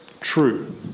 true